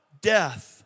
Death